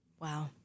Wow